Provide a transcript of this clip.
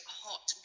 hot